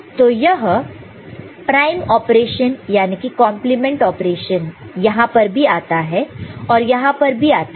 तो यह prime operation याने की कंप्लीमेंट ऑपरेशन यहां पर भी आता है और यहां पर भी आता है